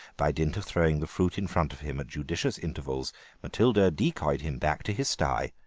by dint of throwing the fruit in front of him at judicious intervals matilda decoyed him back to his stye,